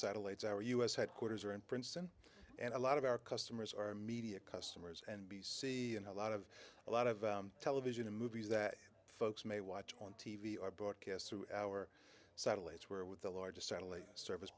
satellites our u s headquarters are in princeton and a lot of our customers are media customers and a lot of a lot of television and movies that folks may watch on t v or broadcast through our satellites were with the largest satellite service